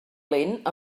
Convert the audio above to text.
lent